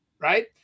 right